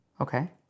Okay